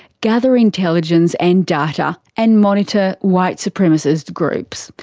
gather intelligence and data, and monitor white supremacist groups.